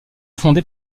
fondée